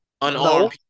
Unarmed